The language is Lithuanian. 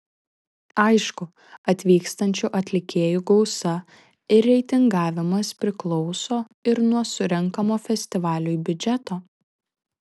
aišku atvykstančių atlikėjų gausa ir reitingavimas priklauso ir nuo surenkamo festivaliui biudžeto